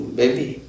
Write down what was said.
baby